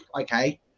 Okay